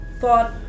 thought